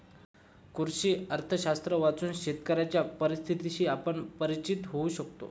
कृषी अर्थशास्त्र वाचून शेतकऱ्यांच्या परिस्थितीशी आपण परिचित होऊ शकतो